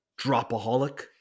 dropaholic